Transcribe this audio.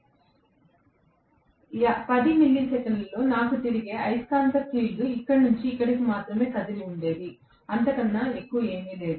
కాబట్టి 10 మిల్లీసెకన్లలో నా తిరిగే అయస్కాంత ఫీల్డ్ ఇక్కడ నుండి ఇక్కడికి మాత్రమే కదిలి ఉండేది అంతకన్నా ఎక్కువ ఏమీ లేదు